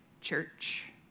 church